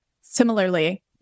similarly